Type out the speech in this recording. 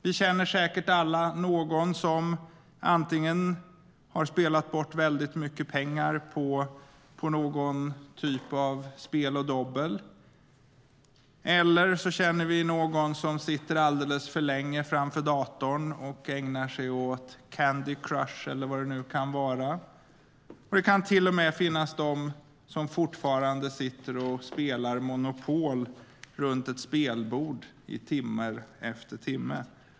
Vi känner säkert alla antingen någon som har spelat bort väldigt mycket pengar på någon typ av spel och dobbel, eller så känner vi någon som sitter alldeles för länge framför datorn och ägnar sig åt Candy Crush eller vad det nu kan vara. Det kan till och med finnas de som fortfarande sitter och spelar Monopol runt ett spelbord i timme efter timme.